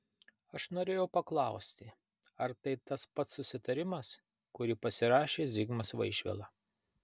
aš norėjau paklausti ar tai tas pats susitarimas kurį pasirašė zigmas vaišvila